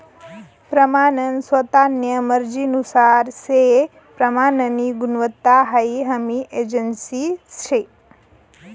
प्रमानन स्वतान्या मर्जीनुसार से प्रमाननी गुणवत्ता हाई हमी एजन्सी शे